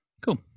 cool